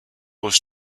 was